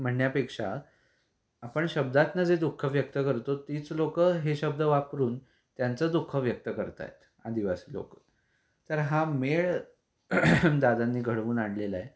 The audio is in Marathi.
म्हणण्यापेक्षा आपण शब्दातून जे दुःख व्यक्त करतो तीच लोक हे शब्द वापरून त्यांचं दुःख व्यक्त करत आहेत आदिवास लोक तर हा मेळ दादांनी घडवून आणलेला आहे